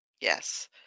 Yes